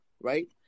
right